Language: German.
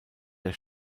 der